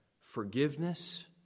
forgiveness